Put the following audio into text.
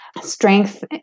strength